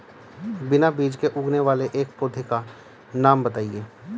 बिना बीज के उगने वाले एक पौधे का नाम बताइए